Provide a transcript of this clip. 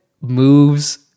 moves